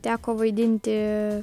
teko vaidinti